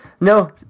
No